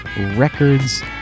records